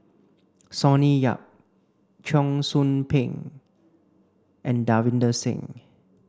Sonny Yap Cheong Soo Pieng and Davinder Singh